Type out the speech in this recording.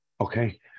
okay